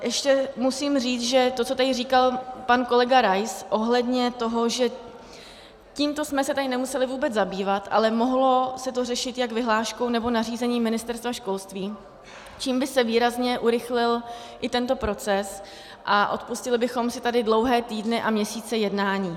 Ještě musím říct, že to, co tady říkal pan kolega Rais ohledně toho, že tímto jsme se tady nemuseli vůbec zabývat, ale mohlo se to řešit jak vyhláškou nebo nařízením Ministerstva školství, čímž by se výrazně urychlil i tento proces a odpustili bychom si tady dlouhé týdny a měsíce jednání.